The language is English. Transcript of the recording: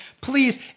please